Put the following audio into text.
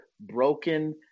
broken